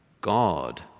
God